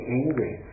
angry